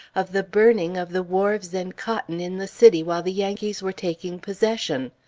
of the burning of the wharves and cotton in the city while the yankees were taking possession.